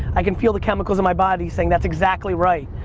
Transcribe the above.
i can feel the chemicals in my body saying that's exactly right.